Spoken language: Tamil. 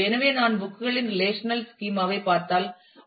எனவே நான் புக் களின் ரெலேஷனல் ஸ்கீமா ஐ பார்த்தால் ஐ